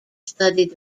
studied